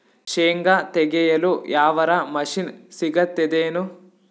ಶೇಂಗಾ ತೆಗೆಯಲು ಯಾವರ ಮಷಿನ್ ಸಿಗತೆದೇನು?